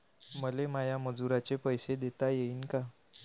मले माया मजुराचे पैसे देता येईन का?